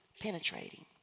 penetrating